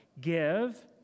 Give